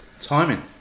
Timing